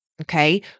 Okay